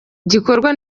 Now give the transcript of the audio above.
gikorwa